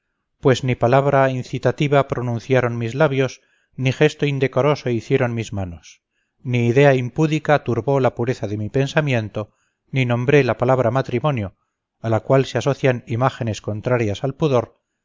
pues ni palabra incitativa pronunciaron mis labios ni gesto indecoroso hicieron mis manos ni idea impúdica turbó la pureza de mi pensamiento ni nombré la palabra matrimonio a la cual se asocian imágenes contrarias al pudor